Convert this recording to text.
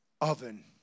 oven